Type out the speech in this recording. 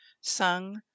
sung